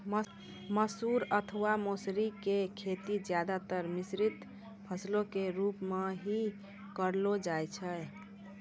मसूर अथवा मौसरी के खेती ज्यादातर मिश्रित फसल के रूप मॅ हीं करलो जाय छै